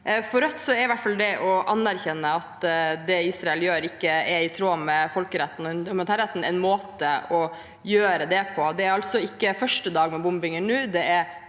for Rødt er det å anerkjenne at det Israel gjør, ikke er i tråd med folkeretten og humanitærretten, en måte å gjøre det på. Dette er altså ikke første dag med bombinger.